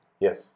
Yes